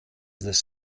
this